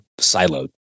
siloed